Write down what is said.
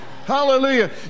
Hallelujah